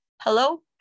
hello